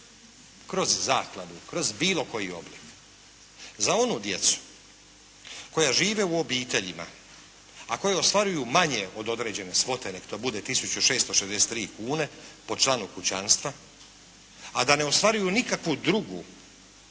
kroz zakladu, kroz bilo koji oblik, za onu djecu koja žive u obiteljima a koje ostvaruju manje od određene svote. Neka to bude tisuću 663 kune po članu kućanstva a da ne ostvaruju nikakvu drugu